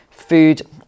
food